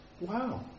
wow